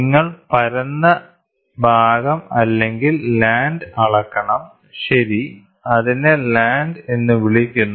നിങ്ങൾ പരന്ന ഭാഗം അല്ലെങ്കിൽ ലാൻഡ് അളക്കണം ശരി അതിനെ ലാൻഡ് എന്ന് വിളിക്കുന്നു